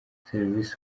serivisi